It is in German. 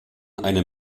eine